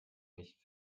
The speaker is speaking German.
nicht